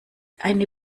eine